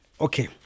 Okay